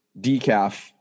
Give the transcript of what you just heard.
decaf